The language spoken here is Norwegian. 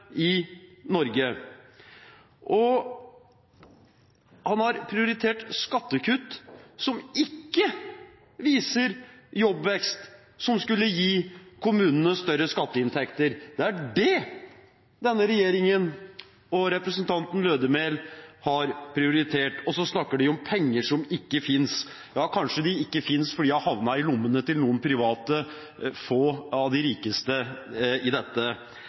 som ikke viser jobbvekst, og som skulle gi kommunene større skatteinntekter. Det er det denne regjeringen – og representanten Lødemel – har prioritert. Og så snakker de om penger som ikke finnes. Ja, kanskje de ikke finnes fordi de har havnet i lommene til noen få private, som er av de rikeste i dette